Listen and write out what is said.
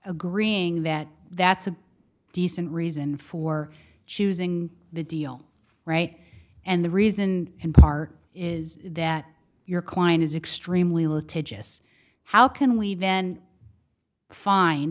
agreeing that that's a decent reason for choosing the deal right and the reason in part is that your client is extremely low tejas how can we then fin